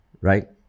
right